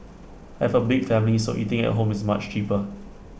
I have A big family so eating at home is much cheaper